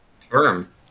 term